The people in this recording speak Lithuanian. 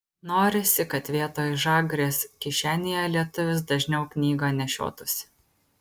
norisi kad vietoj žagrės kišenėje lietuvis dažniau knygą nešiotųsi